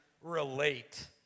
relate